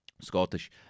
Scottish